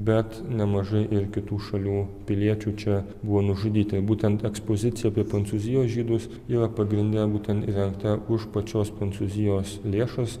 bet nemažai ir kitų šalių piliečių čia buvo nužudyta ir būtent ekspozicija apie prancūzijos žydus yra pagrinde būtent įrengta už pačios prancūzijos lėšas